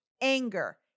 anger